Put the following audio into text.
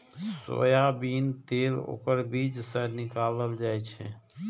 soybean तेल ओकर बीज सं निकालल जाइ छै